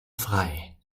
frei